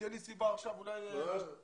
תהיה לי סיבה עכשיו אולי --- כן,